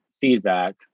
feedback